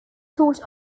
taught